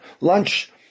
lunch